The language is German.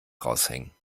raushängen